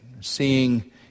seeing